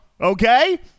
Okay